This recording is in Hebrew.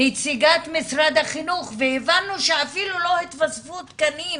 נציגת משרד החינוך והבנו שאפילו התווספו תקנים